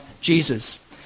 Jesus